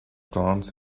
glance